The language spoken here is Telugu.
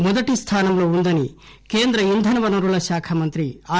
మొదటి స్థానంలో వుందని కేంద్ర ఇంధన వనరుల శాఖ మంత్రి ఆర్